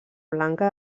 blanca